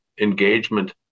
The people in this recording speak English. engagement